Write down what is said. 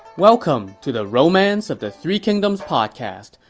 welcome to the romance of the three kingdoms podcast.